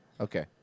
Okay